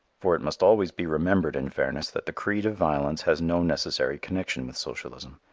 for it must always be remembered in fairness that the creed of violence has no necessary connection with socialism.